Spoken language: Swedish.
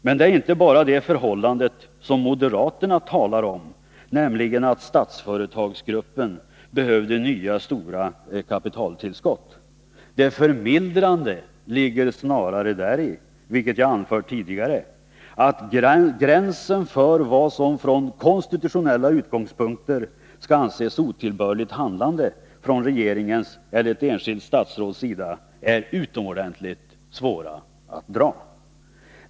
Men det är inte bara det förhållandet som moderaterna talar om, nämligen att Statsföretagsgruppen behövde nya stora kapitaltillskott. Det förmildrande ligger snarare däri, vilket jag anfört tidigare, att gränsen för vad som från konstitutionella utgångspunkter skall anses som otillbörligt handlande från regeringens eller ett enskilt statsråds sida är utomordentligt svår att dra.